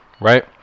Right